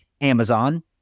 Amazon